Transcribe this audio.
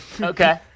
Okay